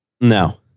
No